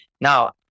now